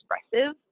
expressive